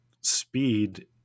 speed